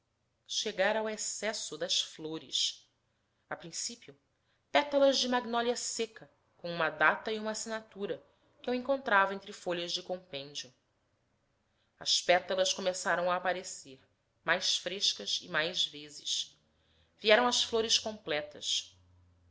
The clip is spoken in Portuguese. chegara ao excesso das flores a principio pétalas de magnólia seca com uma data e uma assinatura que eu encontrava entre folhas de compêndio as pétalas começaram a aparecer mais frescas e mais vezes vieram as flores completas